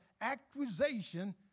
accusation